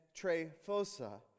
Trephosa